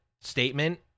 statement